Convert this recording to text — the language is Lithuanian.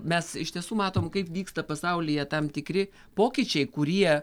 mes iš tiesų matom kaip vyksta pasaulyje tam tikri pokyčiai kurie